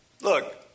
Look